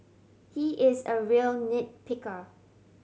he is a real nit picker